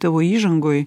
tavo įžangoj